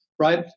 right